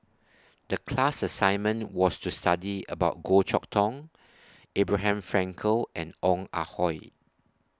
The class assignment was to study about Goh Chok Tong Abraham Frankel and Ong Ah Hoi